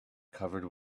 covered